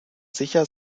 sicher